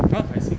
oh